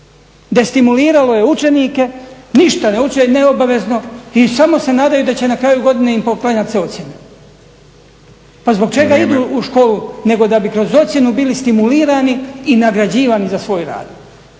Destimuliralo je učenike, ništa ne uče neobavezno i samo se nadaju da će na kraju godine poklanjat se ocijene. Pa zbog čega idu u školu nego da bi kroz ocjenu bili stimulirani i nagrađivani za svoj rad.